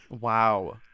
Wow